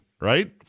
right